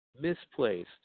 misplaced